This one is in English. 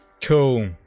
Cool